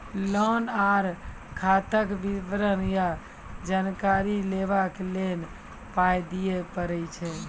Loan आर खाताक विवरण या जानकारी लेबाक लेल पाय दिये पड़ै छै?